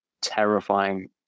terrifying